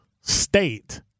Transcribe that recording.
state